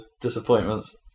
disappointments